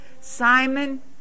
Simon